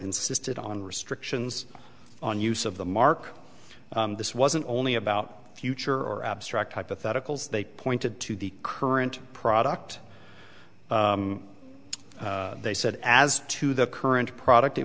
insisted on restrictions on use of the mark this wasn't only about future or abstract hypotheticals they pointed to the current product they said as to the current product it